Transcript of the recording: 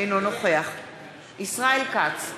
אינו נוכח ישראל כץ,